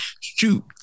Shoot